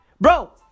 Bro